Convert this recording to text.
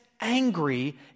angry